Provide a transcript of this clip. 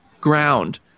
ground